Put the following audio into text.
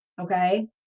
Okay